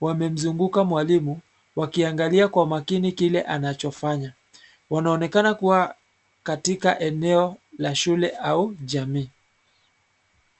wamemzunguka mwalimu ,wakiangalia kwa makini kile anachofanya. Wanaonekana kuwa katika eneo la shule au jamii.